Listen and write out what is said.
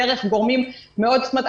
דרך גורמים מאוד זאת אומרת,